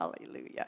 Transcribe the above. Hallelujah